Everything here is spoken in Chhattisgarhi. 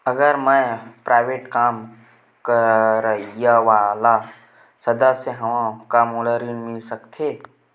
अगर मैं प्राइवेट काम करइया वाला सदस्य हावव का मोला ऋण मिल सकथे?